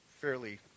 fairly